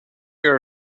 your